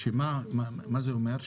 מה זה אומר?